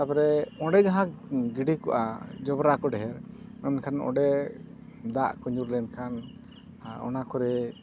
ᱛᱟᱨᱯᱚᱨᱮ ᱚᱸᱰᱮ ᱡᱟᱦᱟᱸᱜᱤᱰᱤ ᱠᱚᱜᱼᱟ ᱡᱚᱵᱽᱨᱟ ᱠᱚ ᱰᱷᱮᱹᱨ ᱢᱮᱱᱠᱷᱟᱱ ᱚᱸᱰᱮ ᱫᱟᱜ ᱠᱚ ᱧᱩᱨ ᱞᱮᱱᱠᱷᱟᱱ ᱚᱱᱟ ᱠᱚᱨᱮᱜ